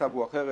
המצב הוא אחרת,